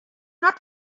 not